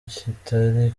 kitari